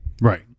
Right